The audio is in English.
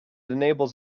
enables